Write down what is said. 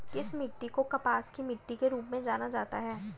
किस मिट्टी को कपास की मिट्टी के रूप में जाना जाता है?